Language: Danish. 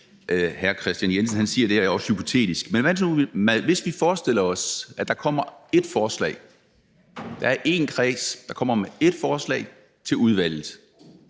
hr. Kristian Jensen siger, at det er hypotetisk. Lad os forestille os, at der er én kreds, der kommer med ét forslag til udvalget,